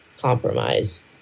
compromise